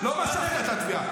לא משכת את התביעה.